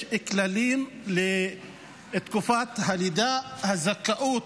יש כללים לתקופת הלידה, הזכאות